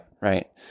Right